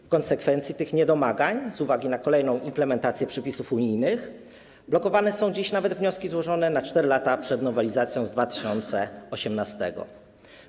W konsekwencji tych niedomagań z uwagi na kolejną implementację przepisów unijnych blokowane są dziś nawet wnioski złożone na 4 lata przed nowelizacją z 2018 r.